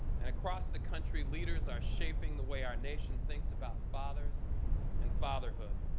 and across the country, leaders are shaping the way our nation thinks about fathers and fatherhood,